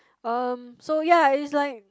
um so ya is like